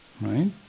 right